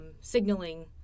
signaling